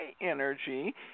energy